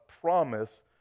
promise